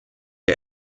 der